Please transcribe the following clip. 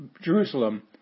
Jerusalem